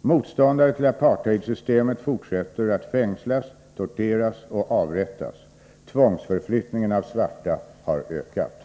Motståndare till apartheidsystemet fortsätter att fängslas, torteras och avrättas. Tvångsförflyttningen av svarta har ökat.